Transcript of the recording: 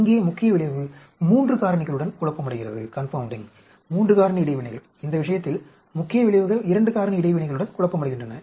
இங்கே முக்கிய விளைவு 3 காரணிகளுடன் குழப்பமடைகிறது 3 காரணி இடைவினைகள் இந்த விஷயத்தில் முக்கிய விளைவுகள் 2 காரணி இடைவினைகளுடன் குழப்பமடைகின்றன